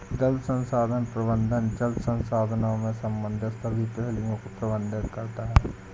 जल संसाधन प्रबंधन जल संसाधनों से संबंधित सभी पहलुओं को प्रबंधित करता है